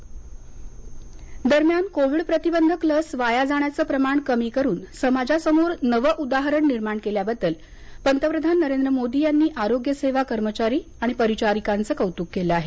मोदी लस दरम्यान कोविड प्रतिबंधक लस वाया जाण्याचं प्रमाण कमी करून समाजासमोर नवं उदाहरण निर्माण केल्याबद्दल पंतप्रधान नरेंद्र मोदी यांनी आरोग्यसेवा कर्मचारी आणि परिचारिकांचं कौतुक केलं आहे